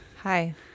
Hi